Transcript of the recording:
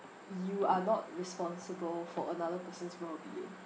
you are not responsible for another person's wrongdoing